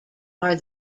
are